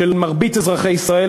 של מרבית אזרחי ישראל,